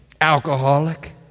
Alcoholic